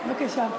בבקשה.